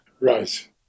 Right